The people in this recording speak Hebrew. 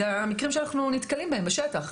אלה המקרים שאנחנו נתקלים בהם בשטח.